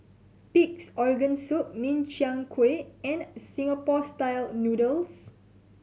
Pig's Organ Soup Min Chiang Kueh and Singapore Style Noodles